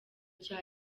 cya